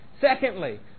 Secondly